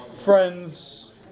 friends